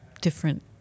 different